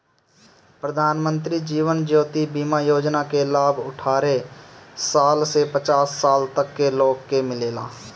प्रधानमंत्री जीवन ज्योति बीमा योजना के लाभ अठारह साल से पचास साल तक के लोग के मिलेला